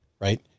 right